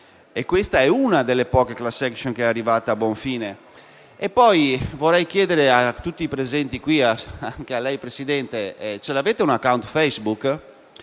Questa è una delle poche *class action* che è arrivata a buon fine. Inoltre, vorrei chiedere a tutti i presenti, anche a lei Presidente, se avete un *account* Facebook